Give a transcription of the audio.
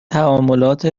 تعاملات